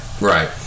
Right